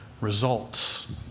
results